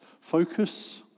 focus